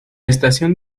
estación